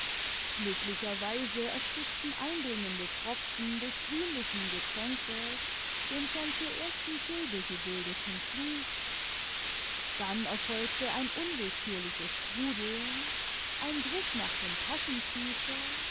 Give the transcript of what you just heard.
glücklicherweise erstickten eindringende tropfen des grünlichen getränkes den schon zur ersten silbe gebildeten fluch dann erfolgte ein unwillkürliches sprudeln ein griff nach dem taschentuche